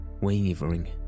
wavering